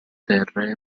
terre